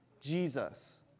Jesus